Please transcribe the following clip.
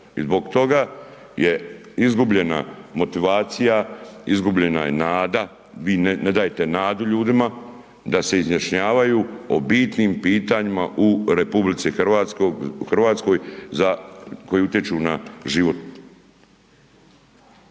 i zbog toga je izgubljena motivacija, izgubljena je nada, vi ne, ne dajte nadu ljudima da se izjašnjavaju o bitnim pitanjima u RH za, koji utječu na život